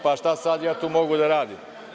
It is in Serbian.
Pa, šta sad ja tu mogu da radim?